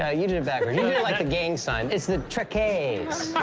ah you did it backward. you did it like a gang sign. it's the trek-kays.